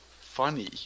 funny